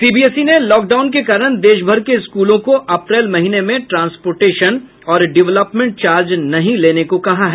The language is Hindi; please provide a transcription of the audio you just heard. सीबीएसई ने लॉक डाउन के कारण देश भर के स्कूलों को अप्रैल महीने में ट्रांसपोर्टेशन और डेवलपमेंट चार्ज नहीं लेने को कहा है